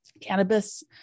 cannabis